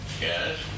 Yes